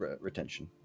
retention